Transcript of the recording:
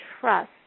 trust